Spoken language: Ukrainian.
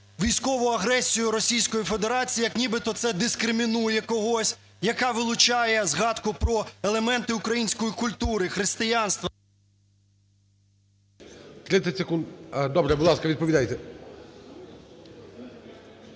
військову агресію Російської Федерації як нібито це дискримінує когось, яка вилучає згадку про елементи української культури, християнства…